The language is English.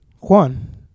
Juan